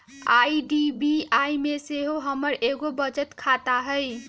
IDBI में सेहो हमर एगो बचत खता हइ